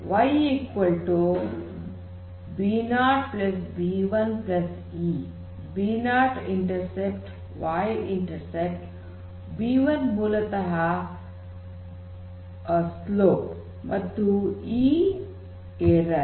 Y B0 B1 e B0 intercept Y intercept B1 ಮೂಲತಃ slope ಮತ್ತು e ಮೂಲತಃ error